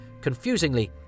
Confusingly